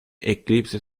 eclipse